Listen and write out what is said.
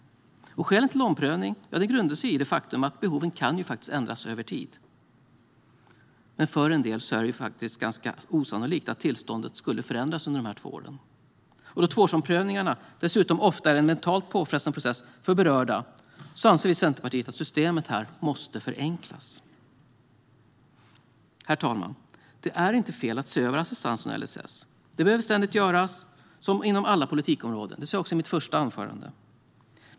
Skälen till omprövning grundar sig i det faktum att behov kan ändras över tid, men för en del är det faktiskt ganska osannolikt att tillståndet skulle förändras på två år. Då tvåårsomprövningarna dessutom ofta är en mentalt påfrestande process för berörda anser vi i Centerpartiet att systemet måste förenklas. Herr talman! Det är inte fel att se över assistansen och LSS. Det behöver ständigt göras som inom alla politikområden, vilket jag också sa i mitt första anförande.